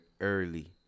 early